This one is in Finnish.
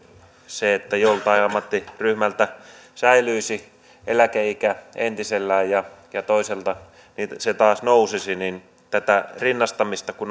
että jollain ammattiryhmällä säilyisi eläkeikä entisellään ja ja toisella se taas nousisi tätä rinnastamista